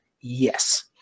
Yes